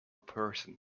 person